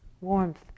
warmth